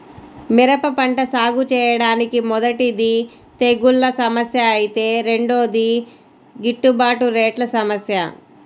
మిరప పంట సాగుచేయడానికి మొదటిది తెగుల్ల సమస్య ఐతే రెండోది గిట్టుబాటు రేట్ల సమస్య